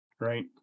right